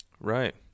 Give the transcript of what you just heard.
Right